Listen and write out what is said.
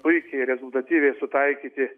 puikiai rezultatyvi sutaikyti